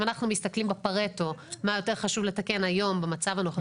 אם אנחנו מסתכלים בפרטו מה יותר חשוב לתקן היום במצב הנוכחי,